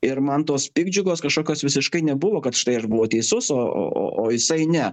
ir man tos piktdžiugos kažkokios visiškai nebuvo kad štai aš buvau teisus o o o jisai ne